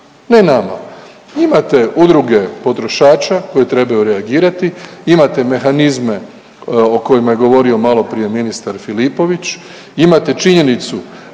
ne nama. Imate udruge potrošača koje trebaju reagirati, imate mehanizme o kojima je govorio maloprije ministar Filipović, imate činjenicu